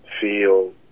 feel